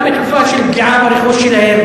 גם בתקופה של פגיעה ברכוש שלהם,